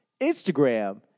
Instagram